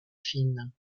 fine